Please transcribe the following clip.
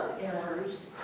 errors